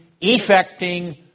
effecting